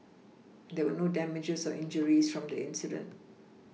there were no damages or injuries from the incident